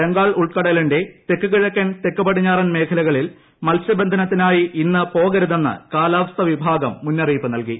ബംഗാൾ ഉൾക്കടലിന്റെ തെക്ക് കിഴക്കൻ തെക്ക് പടിഞ്ഞാറൻ മേഖലകളിൽ മത്സ്യബന്ധനത്തിനായി ഇന്ന് പോകരുതെന്ന് കാലാവസ്ഥാ വിഭാഗം മുന്നറിയിപ്പ് നൽകി